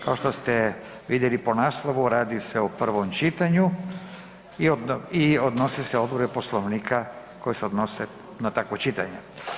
Kao što ste vidjeli po naslovu, radi se o prvom čitanju i odnosi se odredbe Poslovnika koje se odnose na takvo čitanje.